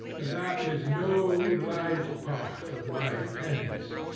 that is no light part of my penance,